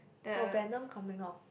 oh Venom coming out